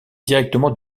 directement